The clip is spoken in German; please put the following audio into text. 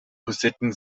hussiten